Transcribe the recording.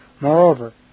Moreover